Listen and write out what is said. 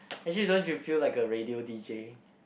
actually don't you feel like a radio d_j